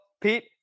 Pete